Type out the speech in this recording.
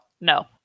no